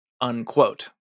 unquote